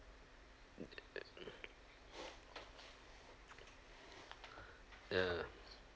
ya